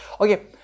okay